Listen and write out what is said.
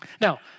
Now